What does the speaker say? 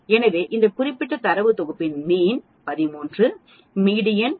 எனவே இந்த குறிப்பிட்ட தரவு தொகுப்பின் மீண் 13 மீடியன் 12